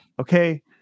Okay